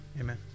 amen